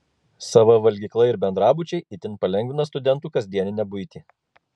sava valgykla ir bendrabučiai itin palengvina studentų kasdieninę buitį